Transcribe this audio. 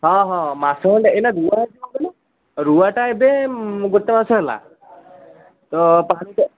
ହଁ ହଁ ମାସ ଖଣ୍ଡେ ଏଇନା ରୁଆ ହେଇଛି କ'ଣ କହିଲ ରୁଆଟା ଏବେ ଗୋଟେ ମାସ ହେଲା ତ ପାଣି ତ